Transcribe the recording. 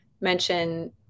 mention